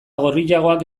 gorriagoak